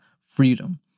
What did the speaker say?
freedom